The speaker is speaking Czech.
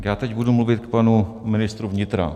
Já teď budu mluvit k panu ministru vnitra.